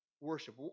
worship